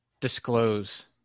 disclose